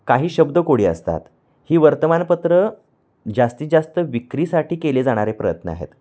काही शब्दकोडी असतात ही वर्तमानपत्रं जास्तीत जास्त विक्रीसाठी केले जाणारे प्रयत्न आहेत